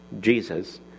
Jesus